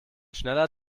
schneller